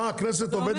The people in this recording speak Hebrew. מה, הכנסת עובדת אצלכם?